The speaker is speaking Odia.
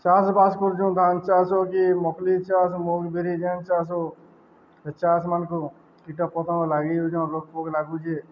ଚାଷ୍ବାସ୍ କରୁଚୁଁ ଧାନ୍ ଚାଷ୍ ହ କି ମୁଗ୍ଫୁଲିି ଚାଷ୍ ମୁଗ୍ ବିରି ଯୋନ୍ ଚାଷ୍ ହଉ ହେ ଚାଷ୍ମାନ୍କୁ କୀଟ ପତଙ୍ଗ ଲାଗିଯଉଚନ୍ ରୋଗ୍ ପୋକ୍ ଲାଗୁଚେ